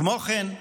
כמו כן,